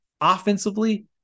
Offensively